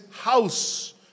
house